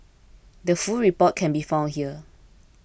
the full report can be found here